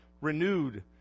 renewed